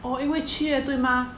oh 因为七月对吗